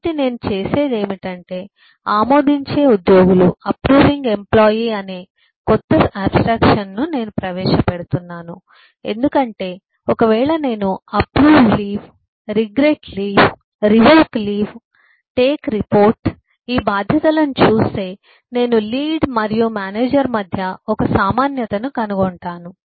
కాబట్టి నేను చేసేది ఏమిటంటే ఆమోదించే ఉద్యోగులు అనే కొత్త ఆబ్స్ట్రాక్షన్ ను నేను ప్రవేశపెడుతున్నాను ఎందుకంటే ఒక వేళ నేను approve leave regret leave revoke leave take report ఈ బాధ్యతలను చూస్తే నేను లీడ్ మరియు మేనేజర్ మధ్య ఒక సామాన్యతను కనుగొంటాను